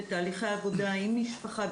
תהליכי עבודה עם המשפחה,